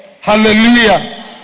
hallelujah